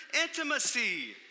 intimacy